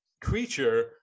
creature